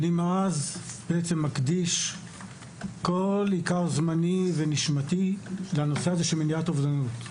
מאז אני מקדיש את כל עיקר זמני ונשמתי לנושא מניעת אובדנות.